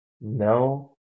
no